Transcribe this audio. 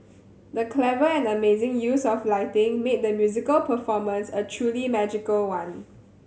the clever and amazing use of lighting made the musical performance a truly magical one